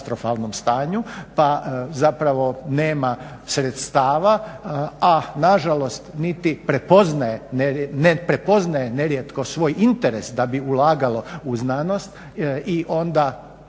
pa zapravo nema sredstava, a nažalost ne prepoznaje nerijetko svoj interes da bi ulagalo u znanost i onda